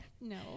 No